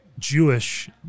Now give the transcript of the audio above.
Jewish